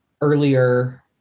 earlier